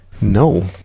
No